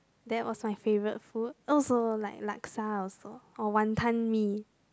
that was my favorite food I also like laksa also or wanton-mee